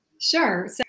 sure